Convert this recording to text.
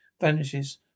vanishes